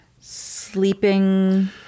sleeping